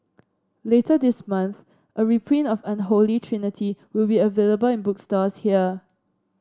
later this month a reprint of Unholy Trinity will be available in bookstores here